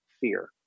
fear